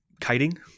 Kiting